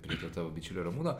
prie to tavo bičiulio ramūno